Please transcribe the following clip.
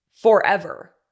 forever